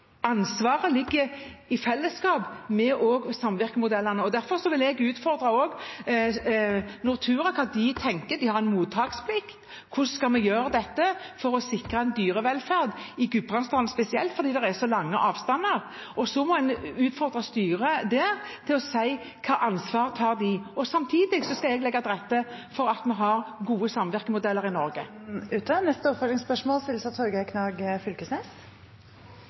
ansvaret ligger der i fellesskap, også med samvirkemodellene. Derfor vil jeg også utfordre Nortura på hva de tenker – de har en mottaksplikt – om hvordan vi skal gjøre dette for å sikre dyrevelferd i Gudbrandsdalen spesielt, hvor det er så lange avstander. Og så må en utfordre styret på å si hvilket ansvar de tar. Samtidig skal jeg legge til rette for at vi har gode samvirkemodeller i Norge. Da er tiden ute. Torgeir Knag Fylkesnes